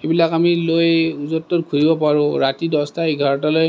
সেইবিলাক আমি লৈ য'ত ত'ত ঘূৰিব পাৰোঁ ৰাতি দচটা এঘাৰটালৈ